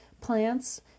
plants